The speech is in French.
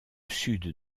sud